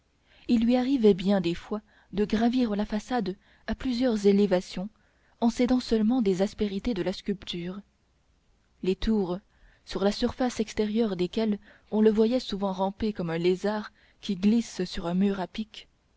il lui arrivait bien des fois de gravir la façade à plusieurs élévations en s'aidant seulement des aspérités de la sculpture les tours sur la surface extérieure desquelles on le voyait souvent ramper comme un lézard qui glisse sur un mur à pic